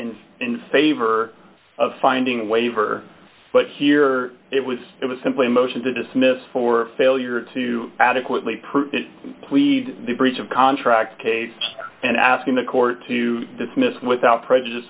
in in favor of finding a waiver but here it was it was simply a motion to dismiss for failure to adequately proof plead the breach of contract case and asking the court to dismiss without prejudice